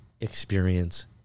experience